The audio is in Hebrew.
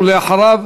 ואחריו,